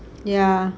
ya